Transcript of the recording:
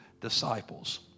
disciples